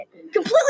Completely